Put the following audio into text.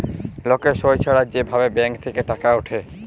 লকের সই ছাড়া যে ভাবে ব্যাঙ্ক থেক্যে টাকা উঠে